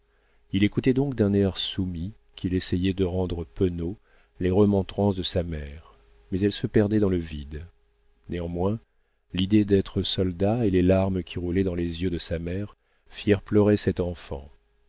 il écoutait donc d'un air soumis qu'il essayait de rendre penaud les remontrances de sa mère mais elles se perdaient dans le vide néanmoins l'idée d'être soldat et les larmes qui roulaient dans les yeux de sa mère firent pleurer cet enfant